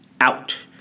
out